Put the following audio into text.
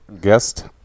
Guest